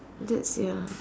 that's ya